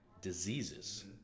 diseases